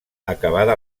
acabada